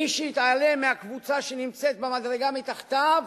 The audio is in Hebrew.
מי שיתעלם מהקבוצה שנמצאת במדרגה מתחתיו,